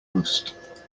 host